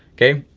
okay,